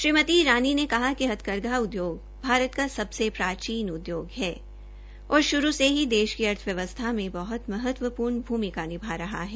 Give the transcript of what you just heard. श्रीमती ईरानी ने कहा कि हथकरघा उदयोग भारत का सबसे प्राचीन उदयोग है और शुरू से ही देश की अर्थव्वस्था मे बहत महत्वपूर्ण भूमिका निभा रहा है